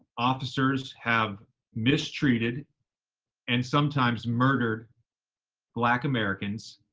officers have mistreated and sometimes murdered black americans,